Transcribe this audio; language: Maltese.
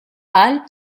qal